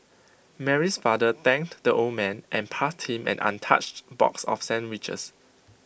Mary's father thanked the old man and passed him an untouched box of sandwiches